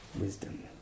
wisdom